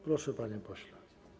Proszę, panie pośle.